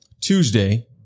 Tuesday